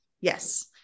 Yes